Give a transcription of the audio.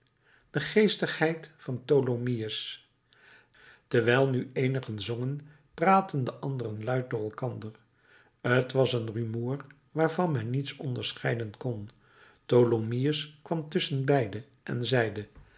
de geestigheid van tholomyès terwijl nu eenigen zongen praatten de anderen luid door elkander t was een rumoer waarvan men niets onderscheiden kon tholomyès kwam tusschenbeide en zeide